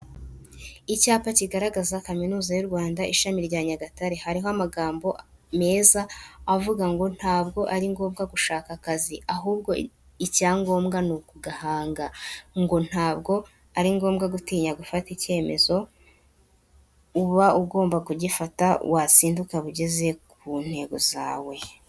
Icyapa kigaragaza Kaminuza y'u Rwanda ishami rya Nyagatare, hariho amagambo meza, avuga ngo ntabwo ari ngombwa gushaka akazi, ahubwo icyangombwa ni ukugahanga, ngo ntabwo ari ngombwa gutinya gufata ikemezo, uba ugomba kugifata watsinda ukaba ugeze ku ntego zawe.